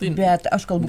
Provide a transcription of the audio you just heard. bet aš kalbu